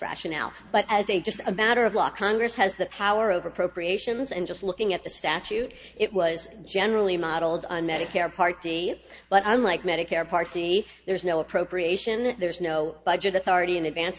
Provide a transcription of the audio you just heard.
rationale but as a just a matter of law congress has the power over appropriations and just looking at the statute it was generally modeled on medicare part d but i'm like medicare part d there's no appropriation there's no budget authority in advance